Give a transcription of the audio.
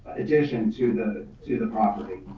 addition to the to the property.